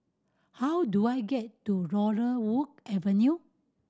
how do I get to Laurel Wood Avenue